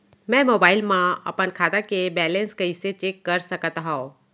मैं मोबाइल मा अपन खाता के बैलेन्स कइसे चेक कर सकत हव?